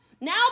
Now